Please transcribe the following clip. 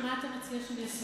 מה אתה מציע שאני אעשה?